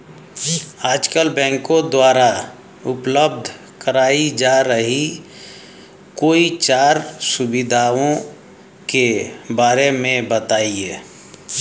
आजकल बैंकों द्वारा उपलब्ध कराई जा रही कोई चार सुविधाओं के बारे में बताइए?